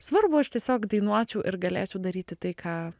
svarbu aš tiesiog dainuočiau ir galėčiau daryti tai ką